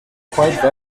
quite